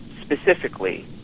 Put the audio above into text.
specifically